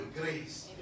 grace